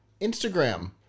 Instagram